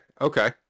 Okay